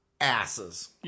Asses